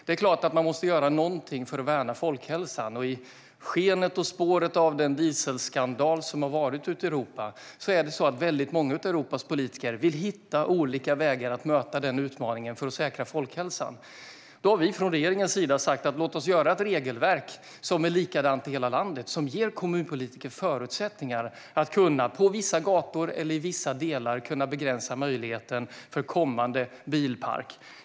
Det är klart att man måste göra någonting för att värna folkhälsan, och i skenet och spåret av den dieselskandal som har pågått ute i Europa vill många av Europas politiker hitta olika vägar att möta utmaningen när det gäller att säkra folkhälsan. Då har vi från regeringens sida sagt: Låt oss göra ett regelverk som är likadant i hela landet och som ger kommunpolitiker förutsättningar att kunna, på vissa gator eller i vissa delar, begränsa möjligheterna för kommande bilpark.